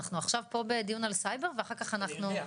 אנחנו עכשיו פה בדיון על סייבר ואחר כך אנחנו -- אני יודע,